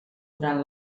durant